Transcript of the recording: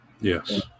Yes